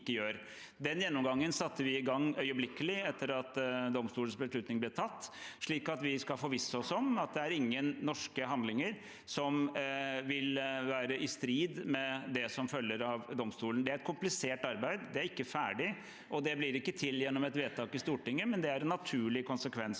Den gjennomgangen satte vi i gang øyeblikkelig etter at domstolens beslutning ble tatt, slik at vi skal forvisse oss om at det ikke er noen norske handlinger som vil være i strid med det som følger av domstolen. Det er et komplisert arbeid. Det er ikke ferdig, og det blir ikke til gjennom et vedtak i Stortinget, men det er en naturlig konsekvens